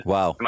Wow